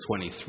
23